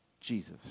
Jesus